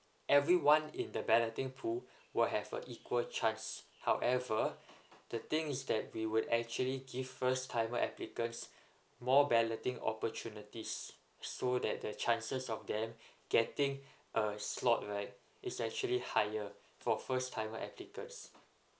everyone in the balloting pool will have a equal chance however the thing is that we will actually give first timer applicants more balloting opportunities so that the chances of them getting a slot right is actually higher for first timer applicants